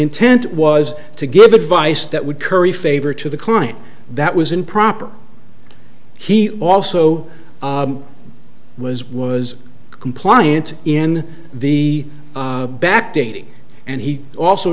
intent was to give advice that would curry favor to the client that was improper he also was was compliant in the backdating and he also